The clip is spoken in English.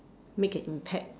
make an impact